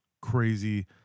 crazy